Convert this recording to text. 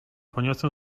poniosę